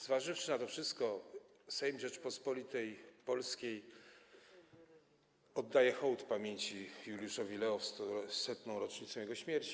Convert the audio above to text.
Zważywszy na to wszystko, Sejm Rzeczypospolitej Polskiej oddaje hołd pamięci Juliusza Lea w 100. rocznicę jego śmierci.